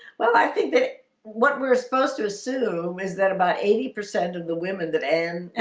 well, i think that what we're supposed to assume is that about eighty percent of the women that and